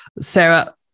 sarah